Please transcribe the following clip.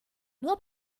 nur